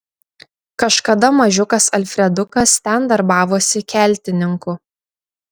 kažkada mažiukas alfredukas ten darbavosi keltininku